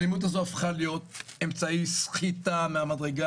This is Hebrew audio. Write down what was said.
האלימות הזאת הפכה להיות אמצעי סחיטה מהמדרגה